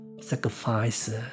sacrifice